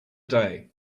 day